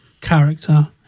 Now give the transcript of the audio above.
character